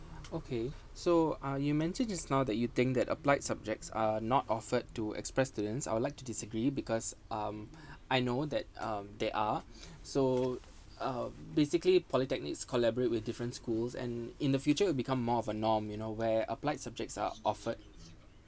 okay so uh you mentioned just now that you think that applied subjects are not offered to express students I would like to disagree because um I know that um there are so uh basically polytechnics collaborate with different schools and in the future will become more of a norm you know where applied subjects are offered